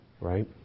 Right